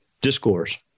discourse